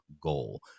goal